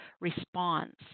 response